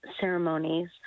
ceremonies